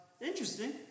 interesting